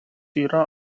yra